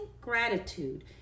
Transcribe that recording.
gratitude